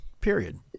Period